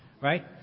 right